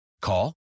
call